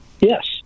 Yes